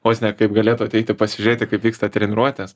vos ne kaip galėtų ateiti pasižiūrėti kaip vyksta treniruotės